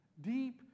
Deep